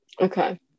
Okay